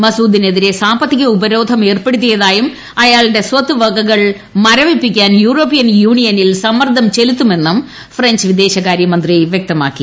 മസൂദിനെതിരെ സാമ്പത്തിക ഉപരോധം ഏർപ്പെടുത്തിയതായും ഇയാളുടെ സ്വത്ത് വകകൾ മരവിപ്പിക്കാൻ യൂറോപ്യൻ യൂണിയനിൽ സമ്മർദ്ദം ചെലുത്തുമെന്നും ഫ്രഞ്ച് വിദേശകാര്യ മന്ത്രി വ്യക്തമാക്കി